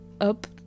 up